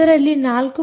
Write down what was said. ಅದರಲ್ಲಿ 4